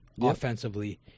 offensively